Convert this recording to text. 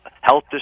health